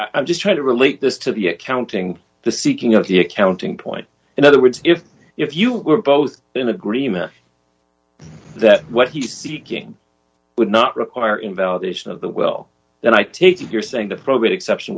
right i'll just try to relate this to the accounting the seeking of the accounting point in other words if if you were both in agreement that what he seeking would not require in validation of the will then i take it you're saying that probate exception